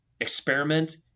Experiment